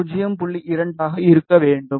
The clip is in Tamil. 2 ஆக இருக்க வேண்டும்